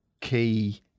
key